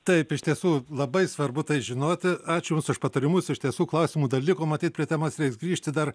taip iš tiesų labai svarbu tai žinoti ačiū už jums už patarimus iš tiesų klausimų dar liko matyt prie temos reiks grįžti dar